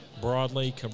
broadly